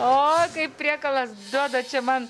o kaip priekalas duoda čia man